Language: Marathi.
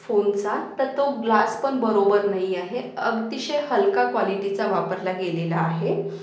फोनचा तर तो ग्लास पण बरोबर नाही आहे अतिशय हलका क्वॉलिटीचा वापरला गेलेला आहे